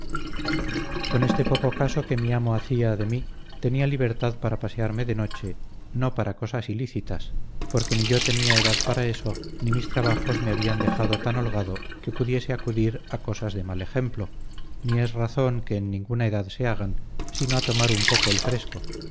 con este poco caso que mi amo hacía de mí tenía libertad para pasearme de noche no para cosas ilícitas porque ni yo tenía edad para eso ni mis trabajos me habían dejado tan holgado que pudiese acudir a cosas de mal ejemplo ni es razón que en ninguna edad se hagan sino a tomar un poco el fresco